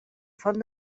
font